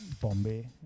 Bombay